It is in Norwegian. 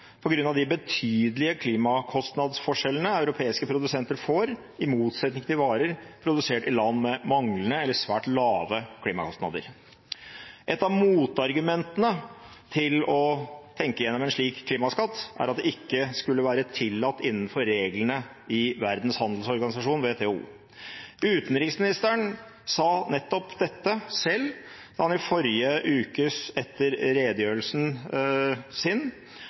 av de betydelige klimakostnadsforskjellene europeiske produsenter får på varer i motsetning til varer produsert i land med manglende eller svært lave klimakostnader. Et av motargumentene til å tenke igjennom en slik klimaskatt er at det ikke skulle være tillatt innenfor reglene i Verdens handelsorganisasjon, WTO. Utenriksministeren sa nettopp dette selv da han i forrige uke etter redegjørelsen sin